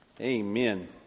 Amen